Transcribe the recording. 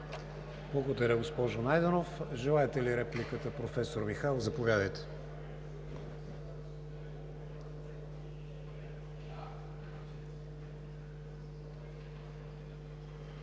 Благодаря, госпожо Найденова. Желаете ли реплика, професор Михайлов? Заповядайте.